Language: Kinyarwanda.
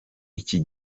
iki